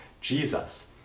Jesus